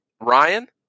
Ryan